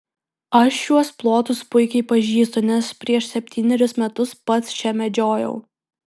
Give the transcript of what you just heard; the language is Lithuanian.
aš šiuos plotus puikiai pažįstu nes prieš septynerius metus pats čia medžiojau